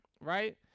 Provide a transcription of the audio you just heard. right